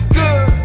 good